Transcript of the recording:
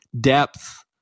depth